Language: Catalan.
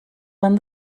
van